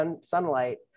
sunlight